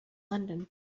london